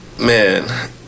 Man